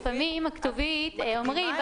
לפעמים בכתובית אומרים,